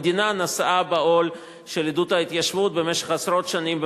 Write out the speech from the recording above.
המדינה נשאה בעול של עידוד ההתיישבות במשך עשרות שנים.